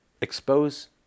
expose